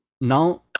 now